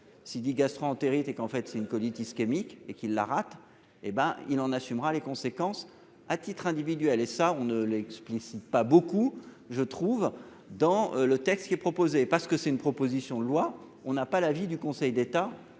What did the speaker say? Si 10 gastro-entérite et qu'en fait c'est une colite ischémique et qu'il la rate et ben il en assumera les conséquences à titre individuel, et ça on ne l'explicite pas beaucoup je trouve dans le texte qui est proposé parce que c'est une proposition de loi, on n'a pas l'avis du Conseil d'État